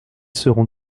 seront